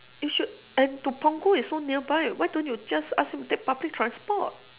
you should and to punggol is so nearby why don't you just ask him to take public transport